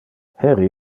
heri